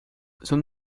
son